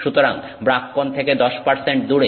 সুতরাং ব্রাগ কোণ থেকে 10 দূরে